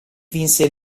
vinse